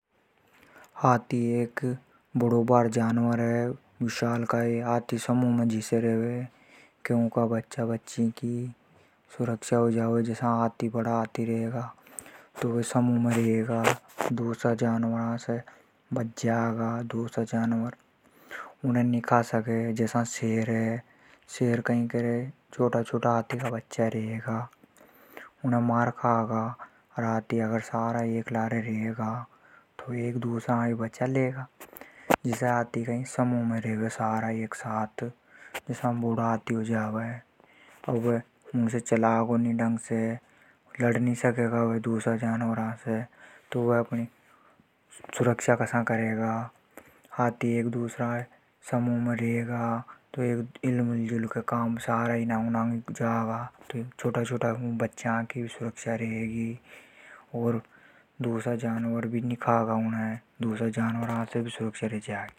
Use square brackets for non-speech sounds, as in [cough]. हाथी एक बड़ों भार जानवर है। विशालकाय हाथी समूह में जिसे रेवे ऊका बच्चा की सुरक्षा हो जावे। समूह में रेवे तो दूसरा जानवरा से बचाव कर लेवे। सारा एक लार रेगा तो सुरक्षा हो जा। [hesitation] हाथी एक दूसरा समूह में रेगा तो मिलजुल के काम कर ले। समूह में छोटा बच्चा की भी सुरक्षा हो जावे। दूसरा जानवरा से भी सुरक्षा हो जागी।